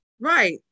right